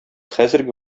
хәзерге